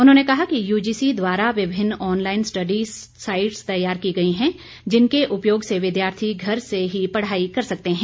उन्होंने कहा कि यूजीसी द्वारा विभिन्न ऑनलाइन स्टडी साइट्स तैयार की गई हैं जिनके उपयोग से विद्यार्थी घर से ही पढ़ाई कर सकते हैं